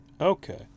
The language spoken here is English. Okay